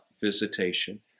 visitation